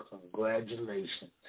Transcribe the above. Congratulations